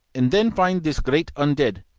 and then find this great un-dead,